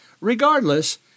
Regardless